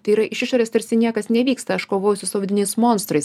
tai yra iš išorės tarsi niekas nevyksta aš kovoju su sovietiniais monstrais